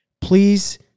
please